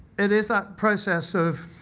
it is that process of